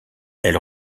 elle